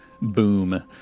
boom